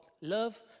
love